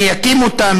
מי יקים אותה,